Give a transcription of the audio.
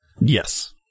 Yes